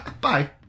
bye